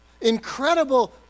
Incredible